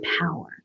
power